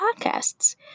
Podcasts